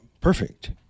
perfect